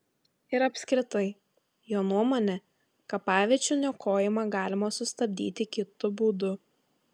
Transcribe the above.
ir apskritai jo nuomone kapaviečių niokojimą galima sustabdyti kitu būdu